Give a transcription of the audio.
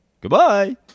Goodbye